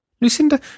Lucinda